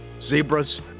zebras